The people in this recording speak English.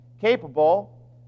capable